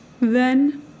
Then